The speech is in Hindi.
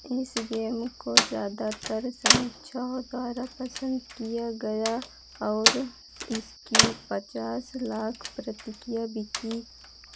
इस गेम को ज़्यादातर समीक्षाओं द्वारा पसंद किया गया और इसकी पचास लाख प्रतिकिया बिकी